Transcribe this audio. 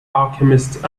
alchemist